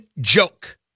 joke